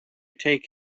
take